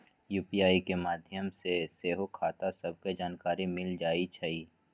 UPI के माध्यम से सेहो खता सभके जानकारी मिल जाइ छइ